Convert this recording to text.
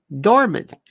dormant